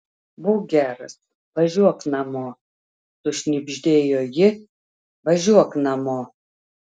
būk geras važiuok namo sušnibždėjo ji važiuok namo